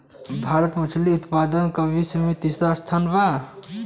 भारत मछली उतपादन में विश्व में तिसरा स्थान पर बा